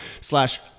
slash